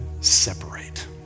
separate